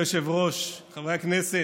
אדוני היושב-ראש, חברי הכנסת,